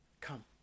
come